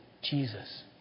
Jesus